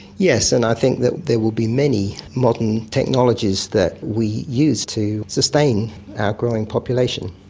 yes, and i think that there will be many modern technologies that we use to sustain our growing population.